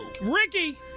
Ricky